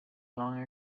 along